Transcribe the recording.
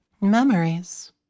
Memories